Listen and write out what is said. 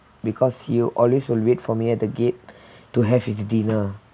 because he will always will wait for me at the gate to have with the dinner